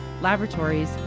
laboratories